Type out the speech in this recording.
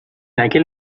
aquel